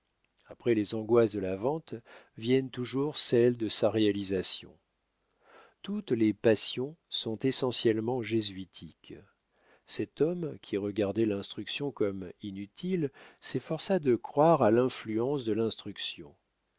après les angoisses de la vente viennent toujours celles de sa réalisation toutes les passions sont essentiellement jésuitiques cet homme qui regardait l'instruction comme inutile s'efforça de croire à l'influence de l'instruction